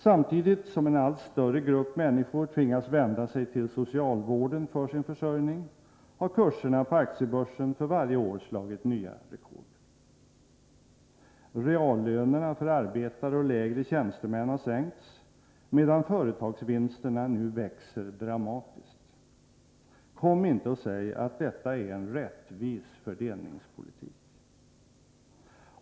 Samtidigt som en allt större grupp människor tvingas vända sig till socialvården för sin försörjning har kurserna på aktiebörsen för varje år slagit nya rekord. Reallönerna för arbetare och lägre tjänstemän har sänkts, medan företagsvinsterna nu växer dramatiskt. Kom inte och säg att detta är en rättvis fördelningspolitik!